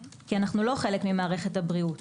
כי אנחנו לא חלק ממערכת הבריאות.